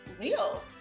real